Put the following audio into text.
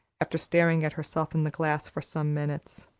after staring at herself in the glass for some minutes.